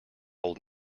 old